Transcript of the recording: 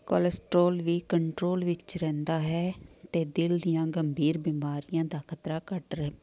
cholesterol ਵੀ control ਵਿੱਚ ਰਹਿੰਦਾ ਹੈ ਅਤੇ ਦਿਲ ਦੀਆਂ ਗੰਭੀਰ ਬਿਮਾਰੀਆਂ ਦਾ ਖ਼ਤਰਾ ਘੱਟ ਰਹ